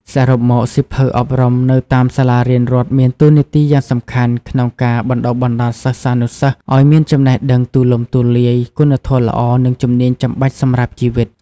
សរុបមក សៀវភៅអប់រំនៅតាមសាលារៀនរដ្ឋមានតួនាទីយ៉ាងសំខាន់ក្នុងការបណ្តុះបណ្តាលសិស្សានុសិស្សឱ្យមានចំណេះដឹងទូលំទូលាយ គុណធម៌ល្អ និងជំនាញចាំបាច់សម្រាប់ជីវិត។